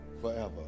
forever